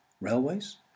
Railways